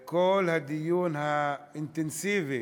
את הדיון האינטנסיבי